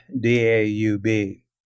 D-A-U-B